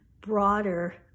broader